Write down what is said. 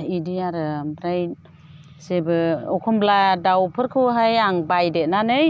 बिदि आरो ओमफ्राय जेबो एखनब्ला दाउफोरखौहाय आं बायदेरनानै